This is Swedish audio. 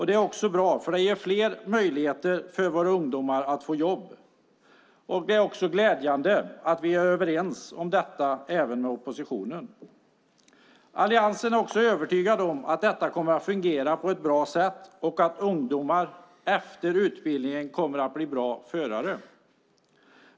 Det är också bra eftersom det ger fler möjligheter för våra ungdomar att få jobb. Det är glädjande att vi även är överens om detta med oppositionen. Alliansen är också övertygad om att detta kommer att fungera på ett bra sätt och att ungdomar kommer att bli bra förare efter utbildningen.